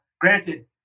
granted